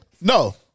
No